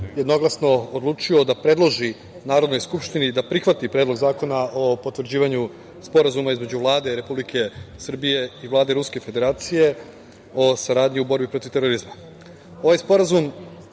jednoglasno odlučio da predloži Narodnoj skupštini da prihvati Predlog zakona o potvrđivanju Sporazuma između Vlade Republike Srbije i Vlade Ruske Federacije o saradnji u borbi protiv terorizma. Ovaj sporazum,